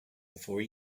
before